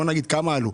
בכמה עלו?